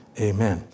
Amen